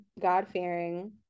god-fearing